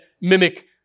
mimic